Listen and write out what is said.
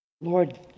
Lord